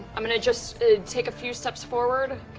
i'm going to just take a few steps forward,